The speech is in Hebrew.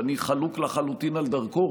שאני חלוק לחלוטין על דרכו